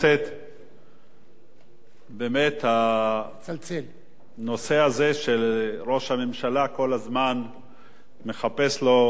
באמת הנושא הזה שראש הממשלה כל הזמן מחפש לו תרגילים כאלה ואחרים לעשות,